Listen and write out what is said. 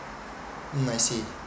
mm I see